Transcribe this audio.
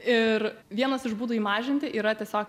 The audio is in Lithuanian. ir vienas iš būdų jį mažinti yra tiesiog